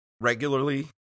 regularly